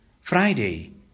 Friday